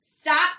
Stop